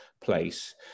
place